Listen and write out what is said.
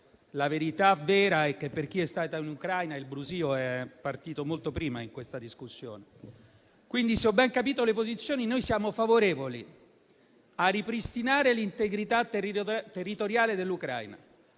La verità vera è che per chi è stato in Ucraina il brusio è partito molto prima in questa discussione. Quindi, se ho ben capito le posizioni, noi siamo favorevoli a ripristinare l'integrità territoriale dell'Ucraina,